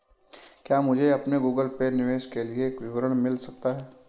क्या मुझे अपने गूगल पे निवेश के लिए विवरण मिल सकता है?